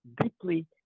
deeply